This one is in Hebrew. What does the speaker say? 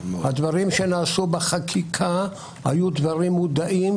הדברים שנעשו בחקיקה היו דברים מודעים,